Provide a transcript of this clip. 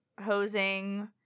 hosing